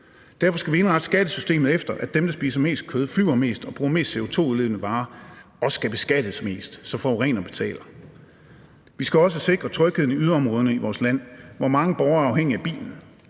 Derfor skal vi indrette skattesystemet efter, at dem, der spiser mest kød, flyver mest og bruger flest CO2-udledende varer, også skal beskattes mest, så forurener betaler. Vi skal også sikre trygheden i yderområderne i vores land, hvor mange borgere er afhængige af bilen.